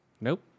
Nope